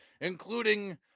including